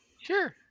Sure